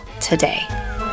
today